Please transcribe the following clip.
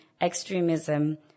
extremism